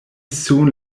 soon